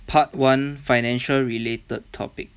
part one financial related topic